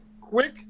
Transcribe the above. Quick